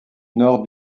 nord